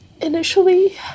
Initially